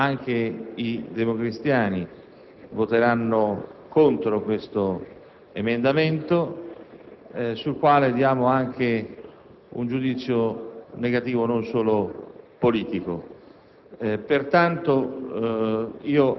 i Popolari-Udeur voteranno contro l'emendamento 2.800 in materia di esenzione fiscale ICI. Prendiamo atto dell'atteggiamento della sinistra su questo punto e di conseguenza ci sentiamo liberi